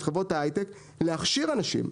את חברות ההייטק להכשיר אנשים,